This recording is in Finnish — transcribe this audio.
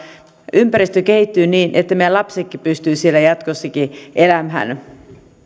ympäristö kehittyy niin että meidän lapsetkin pystyvät siellä jatkossakin elämään